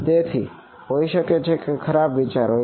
તેથી હોઈ શકે કે તે ખરાબ વિચાર હોય